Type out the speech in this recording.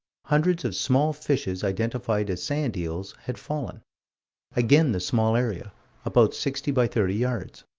hundreds of small fishes, identified as sand eels, had fallen again the small area about sixty by thirty yards.